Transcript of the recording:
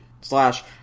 Slash